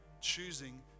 choosing